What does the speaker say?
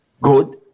Good